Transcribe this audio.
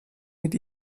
mit